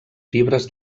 fibres